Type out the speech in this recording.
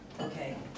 okay